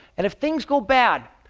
and if things go bad,